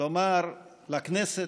לומר לכנסת,